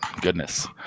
goodness